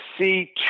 see